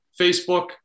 Facebook